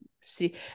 see